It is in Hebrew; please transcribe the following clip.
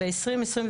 וב-2022: